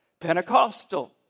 Pentecostal